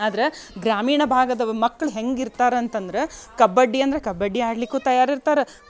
ಆದ್ರೆ ಗ್ರಾಮೀಣ ಭಾಗದ ಮಕ್ಳು ಹೆಂಗಿರ್ತಾರೆ ಅಂತಂದ್ರೆ ಕಬಡ್ಡಿ ಅಂದ್ರೆ ಕಬಡ್ಡಿ ಆಡಲಿಕ್ಕೂ ತಯಾರು ಇರ್ತಾರ